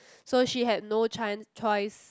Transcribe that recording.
so she had no chance choice